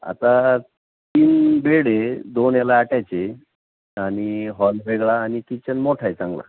आता तीन बेड आहे दोन याला अटॅच आहे आणि हॉल वेगळा आणि किचन मोठा आहे चांगला